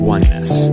Oneness